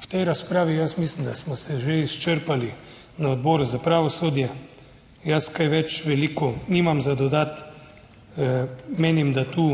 v tej razpravi jaz mislim, da smo se že izčrpali na Odboru za pravosodje. Jaz kaj več veliko nimam za dodati. Menim, da tu